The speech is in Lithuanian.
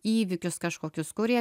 įvykius kažkokius kurie